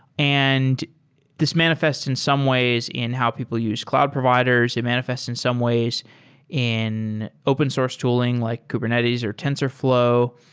and this manifests in some ways in how people use cloud providers. they and manifests in some ways in open source tooling like kubernetes or tensorflow.